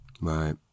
Right